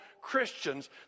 Christians